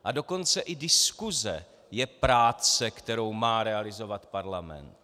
A dokonce i diskuse je práce, kterou má realizovat Parlament.